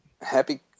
Happy